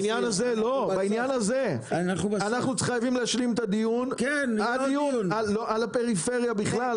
אנחנו חייבים להשלים את הדיון על הפריפריה בכלל,